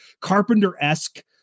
Carpenter-esque